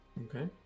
Okay